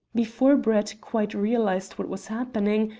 before brett quite realized what was happening,